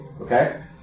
okay